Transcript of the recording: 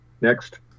Next